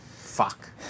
Fuck